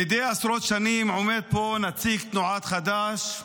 מדי עשרות שנים עומד פה נציג תנועת חד"ש,